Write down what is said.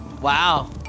Wow